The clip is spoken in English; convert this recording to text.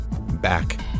back